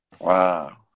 Wow